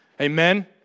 Amen